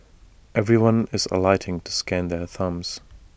everyone is alighting to scan their thumbs